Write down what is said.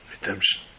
redemption